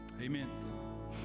Amen